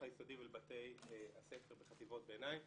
היסודי ולבתי ספר בחטיבות הביניים.